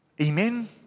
Amen